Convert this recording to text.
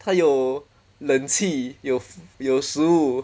他有冷气有有食物